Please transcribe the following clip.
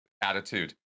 attitude